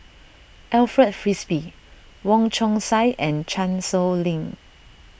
Alfred Frisby Wong Chong Sai and Chan Sow Lin